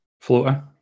floater